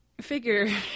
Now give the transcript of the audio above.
Figure